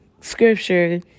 scripture